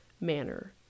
manner